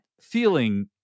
feeling